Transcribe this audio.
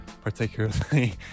particularly